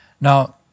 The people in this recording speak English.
Now